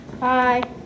bye